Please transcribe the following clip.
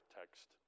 text